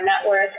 network